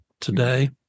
today